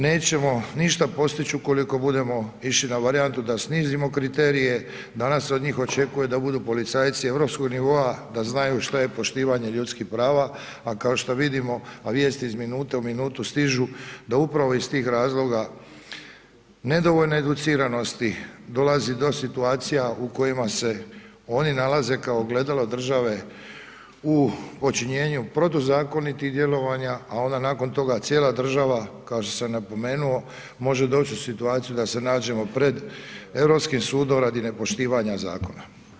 Nećemo ništa postići ukoliko budemo išli na varijantnu da snizimo kriterije, danas od njih očekuje da bude policajci europskih nivoa, da znaju što je poštovanje ljudskih prava, a kao što vidimo, a vijesti iz minute u minutu stižu, da upravo iz tih razloga, nedovoljne educiranosti, dolazi do situacija u kojima se oni nalaze kao ogledalo države, u počinjenju protuzakonitim djelovanja, a onda nakon toga cijela država, kao što sam napomenuo može doći u situaciju da se nađemo pred Europskim sudom radi nepoštivanja zakona.